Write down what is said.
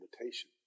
invitation